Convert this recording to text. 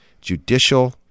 judicial